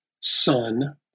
son